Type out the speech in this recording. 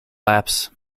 laps